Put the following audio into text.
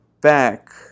back